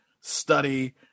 study